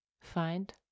find